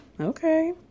Okay